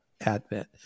Advent